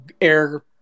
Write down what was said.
air